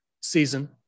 season